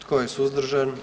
Tko je suzdržan?